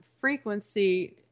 frequency